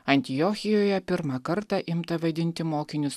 antiochijoje pirmą kartą imta vadinti mokinius